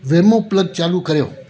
वेमो plug चालू करियो